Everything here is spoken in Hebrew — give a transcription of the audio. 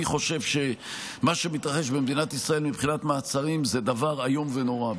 אני חושב שמה שמתרחש במדינת ישראל מבחינת מעצרים זה דבר איום ונורא,